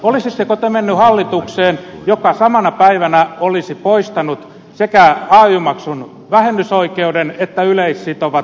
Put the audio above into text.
olisitteko te menneet hallitukseen joka samana päivänä olisi poistanut sekä ay maksun vähennysoikeuden että yleissitovat työehtosopimukset